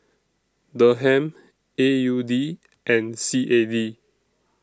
Dirham A U D and C A D